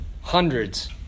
Hundreds